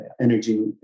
energy